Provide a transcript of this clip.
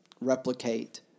replicate